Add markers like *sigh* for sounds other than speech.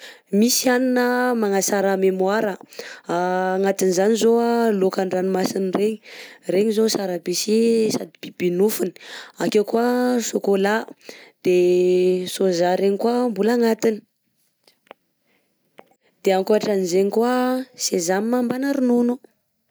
Misy hanina magnatsara memoira: *hesitation* agnatin'ny zany zao laoka an-dranomasina regny regny zao sara by sy sady bibi nofony, akeo koà saokaola, de soja regny koà mbola agnatiny, *noise* de ankoatran'zegny koà sésame mbana ronono.